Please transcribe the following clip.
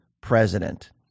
president